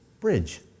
Bridge